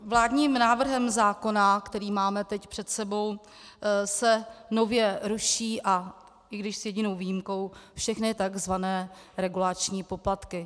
Vládním návrhem zákona, který máme teď před sebou, se nově ruší, i když s jedinou výjimkou, všechny tzv. regulační poplatky.